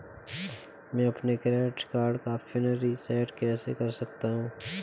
मैं अपने credit card का पिन रिसेट कैसे कर सकता हूँ?